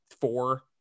four